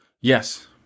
Yes